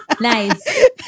Nice